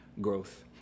growth